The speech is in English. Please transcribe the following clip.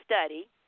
study